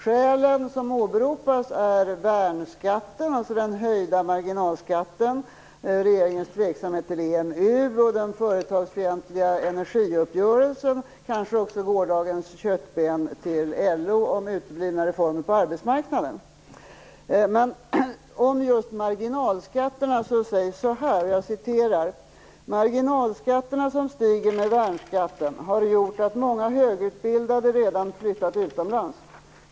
Skälen som åberopas är värnskatten, dvs. den höjda marginalskatten, regeringens tveksamhet till EMU, den företagsfientliga energiuppgörelsen och kanske också gårdagens köttben till LO om uteblivna reformer på arbetsmarknaden. Om just marginalskatten sägs: Marginalskatterna, som stiger med värnskatten, har gjort att många högutbildade redan flyttat utomlands.